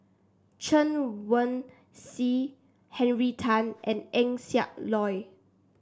Chen Wen Hsi Henry Tan and Eng Siak Loy